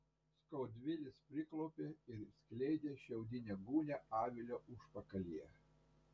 skaudvilis priklaupė ir skleidė šiaudinę gūnią avilio užpakalyje